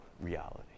reality